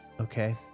Okay